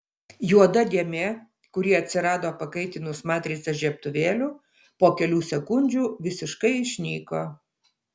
juoda dėmė kuri atsirado pakaitinus matricą žiebtuvėliu po kelių sekundžių visiškai išnyko